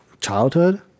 childhood